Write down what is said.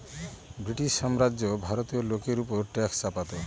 British সাম্রাজ্য ভারতীয় লোকের ওপর ট্যাক্স চাপাতো